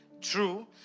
true